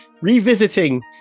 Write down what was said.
revisiting